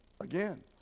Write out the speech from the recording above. again